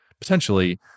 potentially